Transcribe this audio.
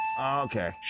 Okay